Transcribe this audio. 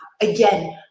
again